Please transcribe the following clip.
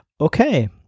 okay